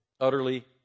Utterly